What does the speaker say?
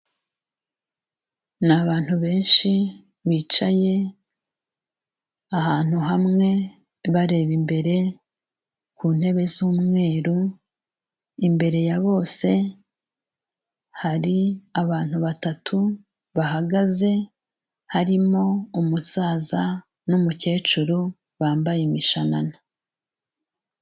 Ni abantu benshi bicaye ahantu hamwe bareba imbere ku ntebe z'umweru, imbere ya bose hari abantu batatu bahagaze, harimo umusaza n'umukecuru bambaye imishanana.